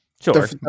Sure